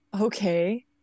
Okay